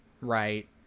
right